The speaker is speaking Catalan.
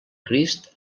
crist